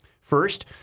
First